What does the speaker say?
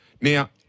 Now